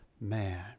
man